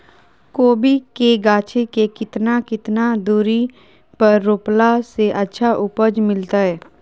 कोबी के गाछी के कितना कितना दूरी पर रोपला से अच्छा उपज मिलतैय?